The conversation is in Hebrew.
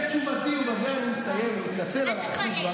יותר מנותקים,